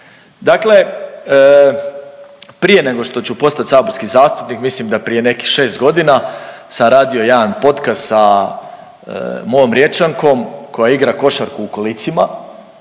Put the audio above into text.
Dakle, prije nego što ću postat saborski zastupnik mislim da prije nekih 6 godina sam radio jedan podcast sa mojoj Riječankom koja igra košarku u kolicima